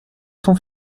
son